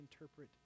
interpret